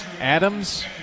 Adams